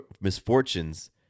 misfortunes